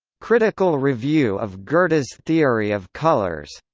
critical review of goethe's theory of colours